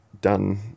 done